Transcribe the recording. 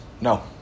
No